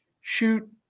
shoot